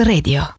Radio